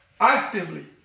actively